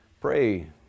pray